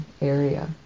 area